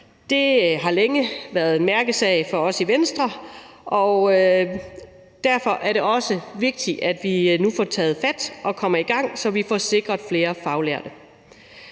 Det har længe været en mærkesag for os i Venstre, og derfor er det også vigtigt, at vi nu får taget fat og kommer i gang, så vi får sikret flere faglærte.